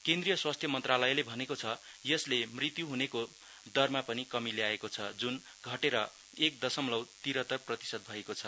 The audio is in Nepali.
केन्द्रीय स्वास्थ्य मन्त्रालय ले भनेको छ यसले मुत्यु हुनेको दरमा पनि कमि ल्याएको छ जुन घटेर एक दसमलौ तीरतर प्रतिसत भएको छ